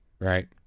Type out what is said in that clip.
right